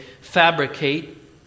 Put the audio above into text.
fabricate